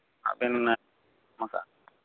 ᱟᱵᱮᱱ